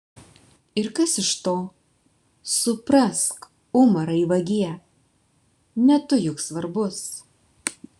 ir kas iš to suprask umarai vagie ne tu juk svarbus